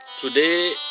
Today